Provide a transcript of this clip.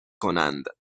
کنند